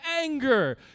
anger